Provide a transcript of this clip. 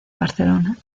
barcelona